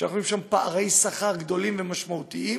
שאנחנו רואים שם פערי שכר גדולים ומשמעותיים,